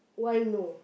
why no